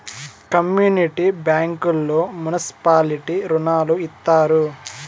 community బ్యాంకుల్లో municipality రుణాలు ఇత్తారు